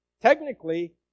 technically